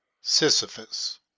sisyphus